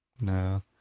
No